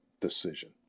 decision